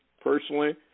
personally